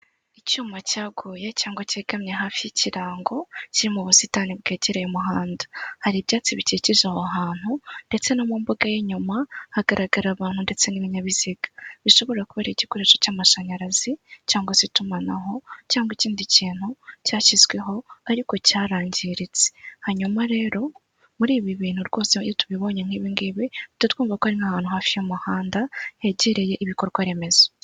Icyuma cyaguye cyangwa cyegamye hafi y'ikirango kiri mu busitani bwegereye umuhanda, hari ibyatsi bikikije aho hantu ndetse no mu mbuga y'inyuma hagaragara abantu ndetse n'ibinyabiziga; bishobora kuba igikoresho cy'amashanyarazi cyangwa se itumanaho cyangwa ikindi kintu cyashyizweho; ariko cyarangiritse, hanyuma rero muri ibi bintu rwose iyo tubibonye nk'ibingibi byo twumva ko ari nk'ahantu hafi y'umuhanda hegereye ibikorwa remezo.